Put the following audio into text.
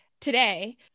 Today